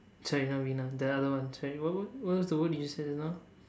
sorry not winner the other one sorry what what was the word you said just now